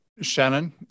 Shannon